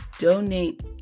Donate